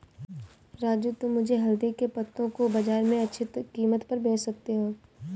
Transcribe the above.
राजू तुम मुझे हल्दी के पत्तों को बाजार में अच्छे कीमत पर बेच सकते हो